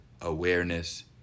awareness